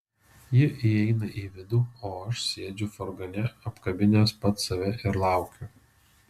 ji įeina į vidų o aš sėdžiu furgone apkabinęs pats save ir laukiu